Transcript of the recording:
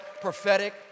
prophetic